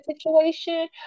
situation